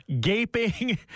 Gaping